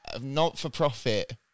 not-for-profit